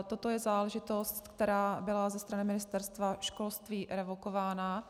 Toto je záležitost, která byla ze strany Ministerstva školství revokována.